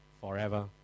forever